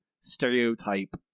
stereotype